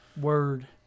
Word